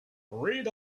read